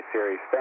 Series